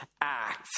act